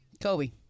Kobe